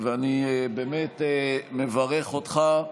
אני באמת מברך אותך,